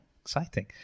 exciting